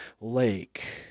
lake